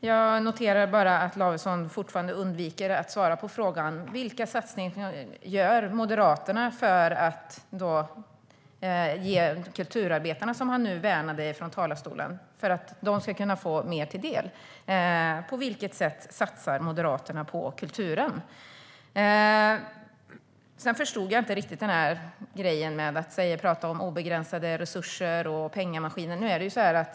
Fru talman! Jag noterar att Lavesson fortfarande undviker att svara på frågan vilka satsningar Moderaterna gör för kulturarbetarna som han värnade när han stod i talarstolen förut. På vilket sätt satsar Moderaterna på kulturen? Jag förstod inte riktigt grejen med att prata om obegränsade resurser och pengamaskiner.